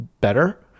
better